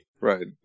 Right